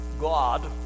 god